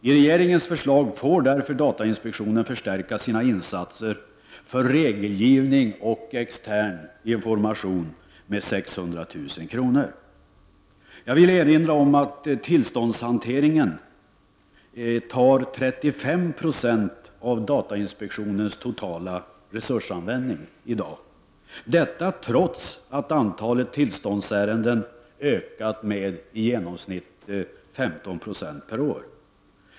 I regeringens förslag får därför datainspektionen förstärka sina insatser för regelgivning och extern information med 600 000 kr. Jag vill erinra om att tillståndshanteringen i dag tar 35 90 av datainspektionens totala resurser, trots att antalet tillståndsärenden ökat med i genomsnitt 15 96 per år.